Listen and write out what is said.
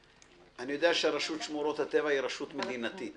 אני יודע שרשות שמורות הטבע היא רשות מדינתית,